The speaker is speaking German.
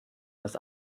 ist